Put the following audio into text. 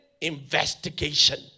investigation